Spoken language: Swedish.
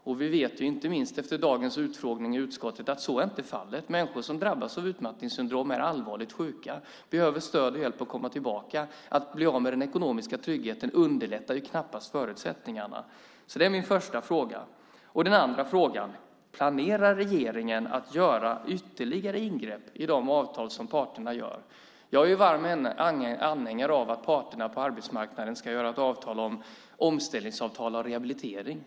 Och vi vet, inte minst efter dagens utfrågning i utskottet, att så inte är fallet. Människor som drabbas av utmattningssyndrom är allvarligt sjuka och behöver stöd och hjälp att komma tillbaka. Att bli av med den ekonomiska tryggheten underlättar knappast förutsättningarna. Det är min första fråga. Den andra frågan är: Planerar regeringen att göra ytterligare ingrepp i de avtal som parterna träffar? Jag är varm anhängare av att parterna på arbetsmarknaden sluter omställningsavtal om rehabilitering.